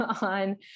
on